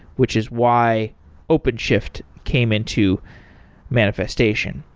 which is why openshift came into manifestation.